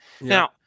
Now